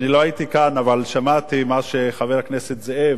אני לא הייתי כאן, אבל שמעתי מה שחבר הכנסת זאב,